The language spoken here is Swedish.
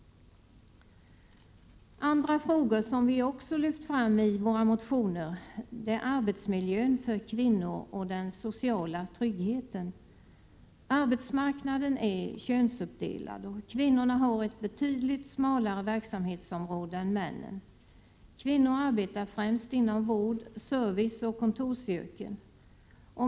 Andra frågor som vi också lyft fram i våra motioner är arbetsmiljön för kvinnor och den sociala tryggheten. Arbetsmarknaden är könsuppdelad, och kvinnorna har ett betydligt smalare verksamhetsområde än männen. Kvinnor arbetar främst inom vård-, serviceoch kontorsyrken.